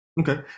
Okay